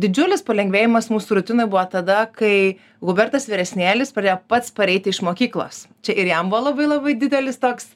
didžiulis palengvėjimas mūsų rutinoj buvo tada kai hubertas vyresnėlis pradėjo pats pareiti iš mokyklos čia ir jam buvo labai labai didelis toks